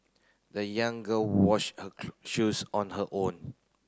the young girl washed her shoes on her own